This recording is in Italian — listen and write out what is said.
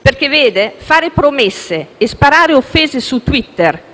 perché fare promesse e sparare offese su Twitter,